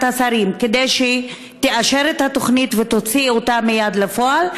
השרים כדי שהיא תאשר את התוכנית ותוציא אותה מייד לפועל?